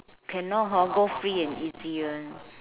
cannot hor go free and easy [one]